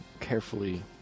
carefully